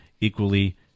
equally